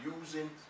using